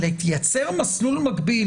אבל לייצר מסלול מקביל